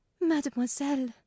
Mademoiselle